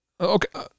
okay